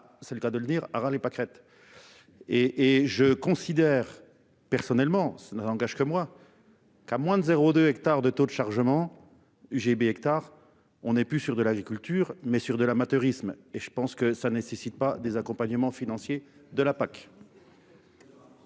c'est le cas de le dire à ras les pâquerettes. Et et je considère, personnellement ça n'engage que moi. Qu'à moins 0, 2 hectares de taux de chargement GB hectares on était plus sûr de l'agriculture mais sur de l'amateurisme et je pense que ça nécessite pas des accompagnement financier de la PAC.